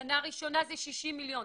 בשנה הראשונה זה 60 מיליון,